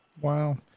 Wow